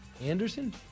Anderson